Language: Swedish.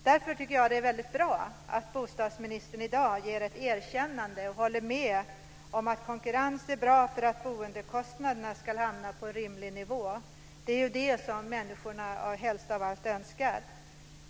Därför tycker jag att det är väldigt bra att bostadsministern i dag ger ett erkännande och håller med om att konkurrens är bra för att boendekostnaderna ska hamna på en rimlig nivå. Det är ju det som människorna helst av allt önskar.